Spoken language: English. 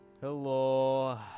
Hello